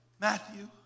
Matthew